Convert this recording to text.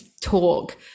Talk